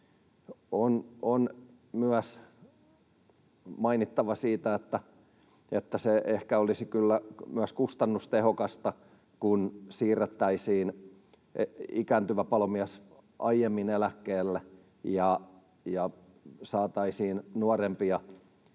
On myös mainittava siitä, että se ehkä olisi kyllä myös kustannustehokasta, kun siirrettäisiin ikääntyvä palomies aiemmin eläkkeelle ja saataisiin tilalle nuorempia